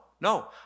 no